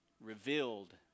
Revealed